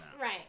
right